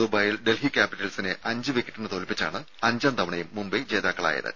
ദുബായിൽ ഡൽഹി ക്യാപിറ്റൽസിനെ അഞ്ച് വിക്കറ്റിന് തോൽപ്പിച്ചാണ് അഞ്ചാം തവണയും മുംബൈ ജേതാക്കളായത്